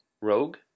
Rogue